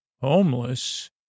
Homeless